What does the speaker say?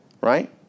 right